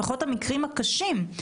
לפחות במקרים הקשים.